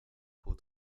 peau